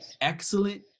excellent